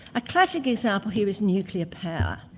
a classic example here is nuclear power.